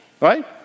right